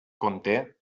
conté